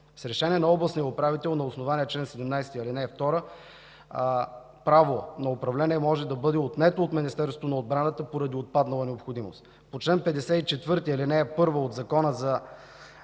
С Решение на областния управител на основание на чл. 17, ал. 2 право на управление може да бъде отнето от Министерството на отбраната поради отпаднала необходимост. По чл. 54, ал. 1 от Закона за